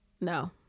No